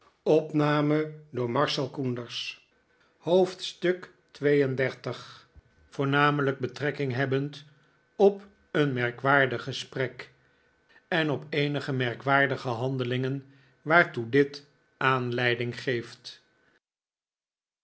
hoofdstuk xxxii voornamelijk betrekking hebbend op een merkwaardig gesprek en op eenige merk waardige handelingen waartoe dit aanleiding geeft